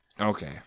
Okay